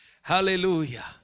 Hallelujah